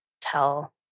tell